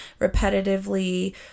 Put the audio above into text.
repetitively